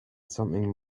something